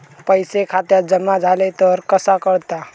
पैसे खात्यात जमा झाले तर कसा कळता?